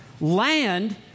land